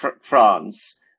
France